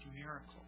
miracle